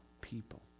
people